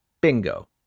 bingo